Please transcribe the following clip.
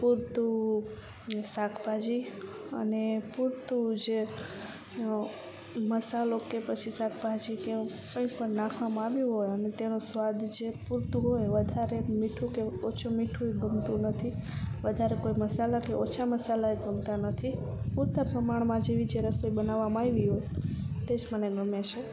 પૂરતું શાકભાજી અને પૂરતું જે મસાલો કે પછી શાકભાજી કે એવું કંઈ પણ નાખવામાં આવ્યું હોય અને તેનો સ્વાદ જે પૂરતું હોય એ વધારે મીઠું કે ઓછું મીઠું ગમતું નથી વધારે કોઈ મસાલા કે ઓછા મસાલાએ ગમતા નથી પૂરતા પ્રમાણમાં જેવી જે રસોઈ બનાવામાં આવી હોય તે જ મને ગમે છે